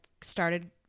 started